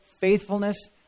faithfulness